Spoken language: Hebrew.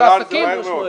הוא עלה על זה מהר מאוד.